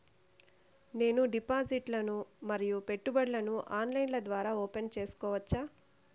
నేను డిపాజిట్లు ను మరియు పెట్టుబడులను ఆన్లైన్ ద్వారా ఓపెన్ సేసుకోవచ్చా?